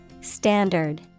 Standard